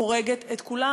פשוט הורגת את כולם.